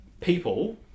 people